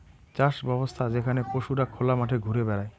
চাষ ব্যবছ্থা যেখানে পশুরা খোলা মাঠে ঘুরে বেড়ায়